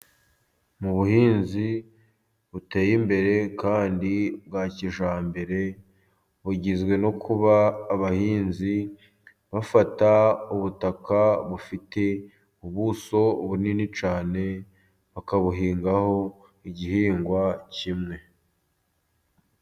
Mu buhinzi buteye imbere kandi bwa kijyambere, bugizwe no kuba abahinzi bafata ubutaka bufite ubuso bunini cyane, bakabuhingaho igihingwa kimwe.